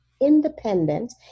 Independent